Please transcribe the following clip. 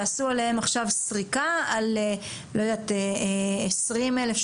תעשו עליהם עכשיו סריקה על עשרים אלף,